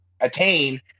attain